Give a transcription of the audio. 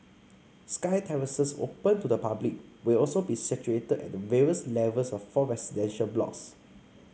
sky terraces open to the public will also be situated at the various levels of four residential blocks